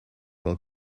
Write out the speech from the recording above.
will